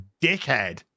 dickhead